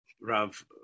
Rav